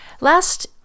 last